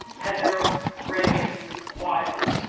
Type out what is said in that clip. heather ray wiley